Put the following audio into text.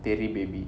தெறி பேபி:theri baby